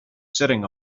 sitting